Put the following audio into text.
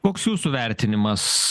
koks jūsų vertinimas